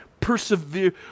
persevere